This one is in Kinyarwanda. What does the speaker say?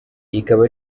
ikaba